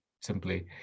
simply